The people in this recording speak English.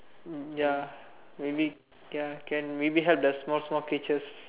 um ya maybe ya can maybe help the small small creatures